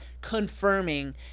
confirming